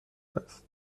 است